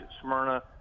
Smyrna